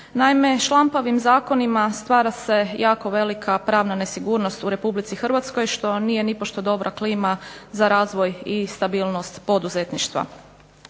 Naime, šlampavim zakonima stvara se jako velika pravna nesigurnost u Republici Hrvatskoj što nije nipošto dobra klima za razvoj i stabilnost poduzetništva.